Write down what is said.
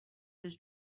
his